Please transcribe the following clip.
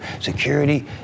security